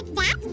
wow